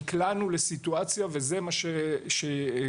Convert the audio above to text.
נקלענו לסיטואציה וזה מה שהשגנו,